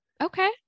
Okay